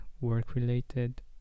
work-related